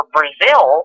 Brazil